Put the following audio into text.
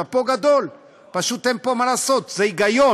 שאפו גדול, פשוט אין פה מה לעשות, זה היגיון,